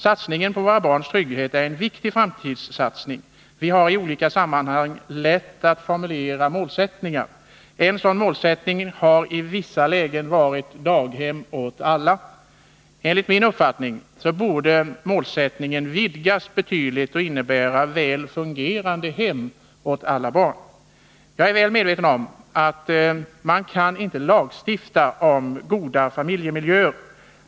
Satsningen på våra barns trygghet är en viktig framtidssatsning. Vi har i olika sammanhang lätt att formulera målsättningar. En sådan målsättning har i vissa lägen varit ”daghem åt alla”. Enligt min uppfattning borde målsättningen vidgas betydligt och innebära ”väl fungerande hem åt alla barn”. Jag är väl medveten om att man inte kan lagstifta om goda familjemiljöer.